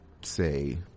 say